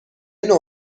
نوع